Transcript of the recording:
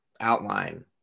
outline